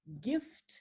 gift